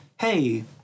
hey